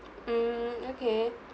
um okay